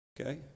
okay